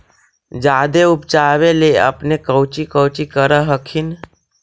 जादे उपजाबे ले अपने कौची कौची कर हखिन?